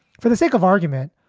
for the sake of argument,